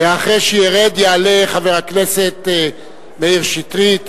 אחרי שירד, יעלה חבר הכנסת מאיר שטרית,